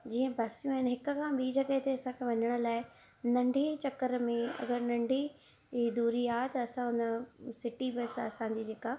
जीअं बसियूं आहिनि हिकु खां ॿी जॻह ते असांखे वञण लाइ नंढी चकर में अगरि नंढी दूरी आहे त असां उन सिटी बस आहे असांजी जेका